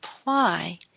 apply